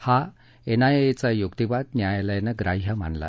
हा एनआयएचा युक्तिवाद न्यायालयानं ग्राह्य मानला